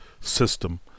system